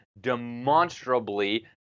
demonstrably